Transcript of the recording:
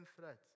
threat